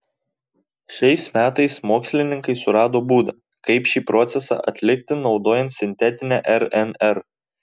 šiais metais mokslininkai surado būdą kaip šį procesą atlikti naudojant sintetinę rnr